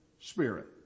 spirit